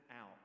out